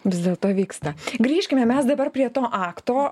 vis dėlto vyksta grįžkime mes dabar prie to akto